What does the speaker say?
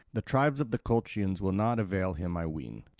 the tribes of the colchians will not avail him, i ween.